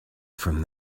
from